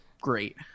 great